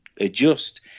adjust